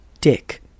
dick